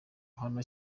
hano